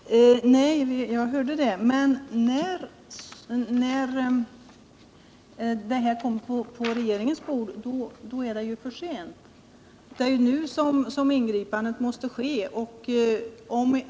Herr talman! Nej, jag hörde det. Men när ärendet kommer på regeringens bord är det för sent — det är nu som ingripandet måste göras.